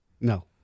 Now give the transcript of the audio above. No